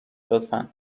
لطفا